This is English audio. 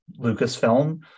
Lucasfilm